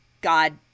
God